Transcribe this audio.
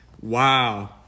Wow